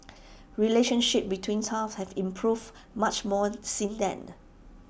relationship between us have improved much more since then